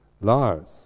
Lars